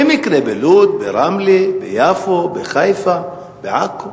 במקרה בלוד, ברמלה, ביפו, בחיפה, בעכו.